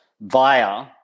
via